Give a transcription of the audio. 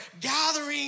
gathering